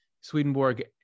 Swedenborg